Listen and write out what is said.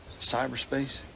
cyberspace